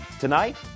Tonight